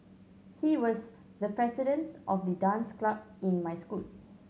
he was the president of the dance club in my school